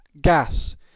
gas